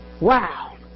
Wow